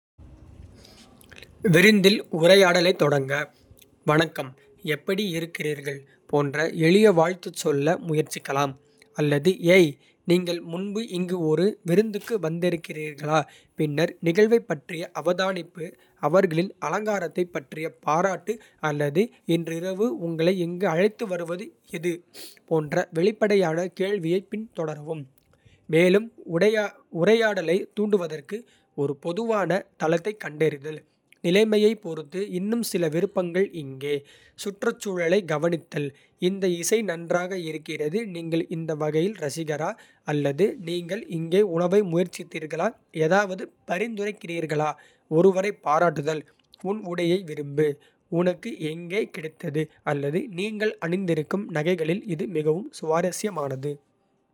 விருந்தில் உரையாடலைத் தொடங்க, வணக்கம், எப்படி இருக்கிறீர்கள். போன்ற எளிய வாழ்த்துச் சொல்ல முயற்சிக்கலாம். அல்லது ஏய் நீங்கள் முன்பு இங்கு ஒரு விருந்துக்கு வந்திருக்கிறீர்களா. பின்னர் நிகழ்வைப் பற்றிய அவதானிப்பு. அவர்களின் அலங்காரத்தைப் பற்றிய பாராட்டு அல்லது "இன்றிரவு உங்களை இங்கு அழைத்து வருவது எது?" போன்ற வெளிப்படையான கேள்வியைப் பின்தொடரவும். மேலும் உரையாடலைத் தூண்டுவதற்கு ஒரு பொதுவான தளத்தைக் கண்டறிதல். நிலைமையைப் பொறுத்து இன்னும் சில விருப்பங்கள் இங்கே: சுற்றுச்சூழலை கவனித்தல். "இந்த இசை நன்றாக இருக்கிறது, நீங்கள் இந்த வகையின் ரசிகரா?" அல்லது "நீங்கள் இங்கே உணவை முயற்சித்தீர்களா? ஏதாவது பரிந்துரைக்கிறீர்களா. ஒருவரைப் பாராட்டுதல். "உன் உடையை விரும்பு, உனக்கு எங்கே கிடைத்தது. அல்லது "நீங்கள் அணிந்திருக்கும் நகைகளில் இது மிகவும் சுவாரஸ்யமானது.